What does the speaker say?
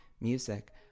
music